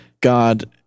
God